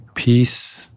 Peace